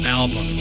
album